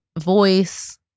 voice